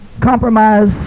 compromise